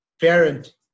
parent